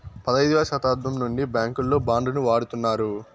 పదైదవ శతాబ్దం నుండి బ్యాంకుల్లో బాండ్ ను వాడుతున్నారు